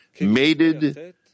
mated